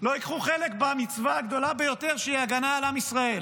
לא ייקחו חלק במצווה הגדולה ביותר שהיא הגנה על עם ישראל.